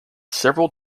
several